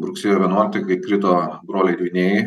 rugsėjo vienuoliktą kai krito broliai dvyniai